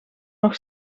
nog